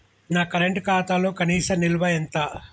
నా కరెంట్ ఖాతాలో కనీస నిల్వ ఎంత?